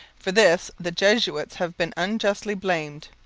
for this the jesuits have been unjustly blamed.